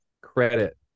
credit